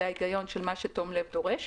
שזה ההיגיון של מה שתום-לב דורש.